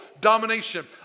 domination